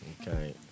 okay